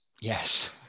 Yes